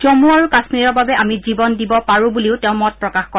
জম্মু আৰু কাশ্মীৰৰ বাবে আমি জীৱন দিব পাৰো বুলিও তেওঁ মত প্ৰকাশ কৰে